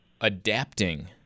adapting